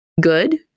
good